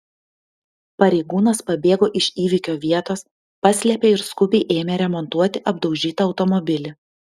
pareigūnas pabėgo iš įvykio vietos paslėpė ir skubiai ėmė remontuoti apdaužytą automobilį